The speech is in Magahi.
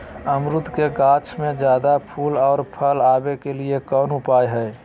अमरूद के गाछ में ज्यादा फुल और फल आबे के लिए कौन उपाय है?